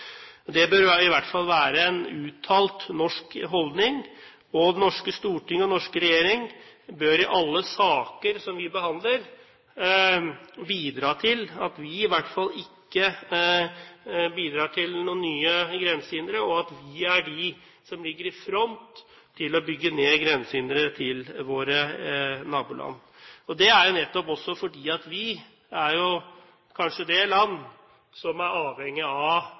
Det bør i hvert fall være en uttalt norsk holdning. Det norske storting og den norske regjering bør i alle saker som vi behandler, medvirke til at vi i hvert fall ikke bidrar til noen nye grensehindre, og at vi er de som ligger i front til å bygge ned grensehindre til våre naboland. Det er jo nettopp også fordi vi kanskje er det land som er avhengig av